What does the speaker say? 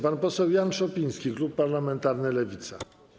Pan poseł Jan Szopiński, klub parlamentarny Lewica.